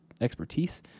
expertise